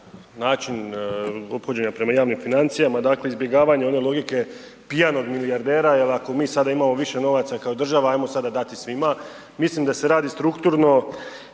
način ophođenja prema javnim financijama, dakle izbjegavanja one logike pijanog milijardera jel ako mi sada imamo više novaca kao država ajmo sada dati svima. Mislim da se radi strukturno,